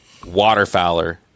waterfowler